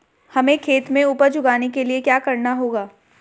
हमें खेत में उपज उगाने के लिये क्या करना होगा?